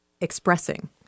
expressing